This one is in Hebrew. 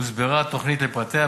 הוסברה התוכנית לפרטיה,